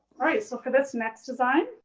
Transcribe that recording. alright so for this next design,